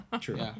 True